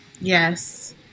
Yes